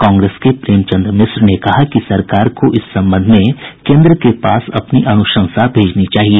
कांग्रेस के प्रेमचन्द्र मिश्र ने कहा कि सरकार को इस संबंध में केन्द्र के पास अपनी अनुशंसा भेजनी चाहिए